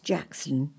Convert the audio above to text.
Jackson